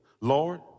Lord